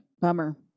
bummer